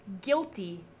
guilty